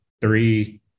three